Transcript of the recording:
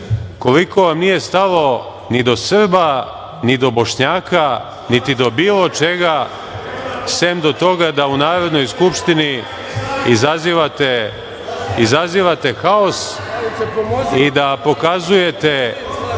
koliko vam nije stalo ni do Srba, ni do Bošnjaka, niti do bilo čega, sem do toga da u Narodnoj skupštini izazivate haos i da pokazujete